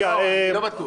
אני לא בטוח